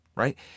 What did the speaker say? Right